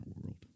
world